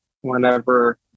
Whenever